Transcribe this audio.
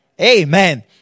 Amen